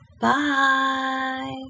Bye